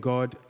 God